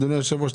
אדוני היושב ראש,